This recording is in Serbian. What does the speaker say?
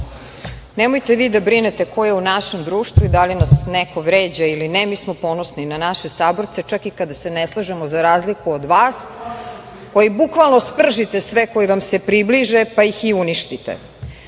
Nemojte vi da brinete ko je u našem društvu i da li nas neko vređa ili ne. Mi smo ponosni na naše saborce čak i kada se ne slažemo za razliku od vas koji bukvalno spržite sve koji vam se približe pa ih i uništite. Što